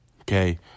Okay